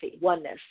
oneness